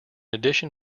addition